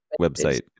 website